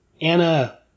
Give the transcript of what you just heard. Anna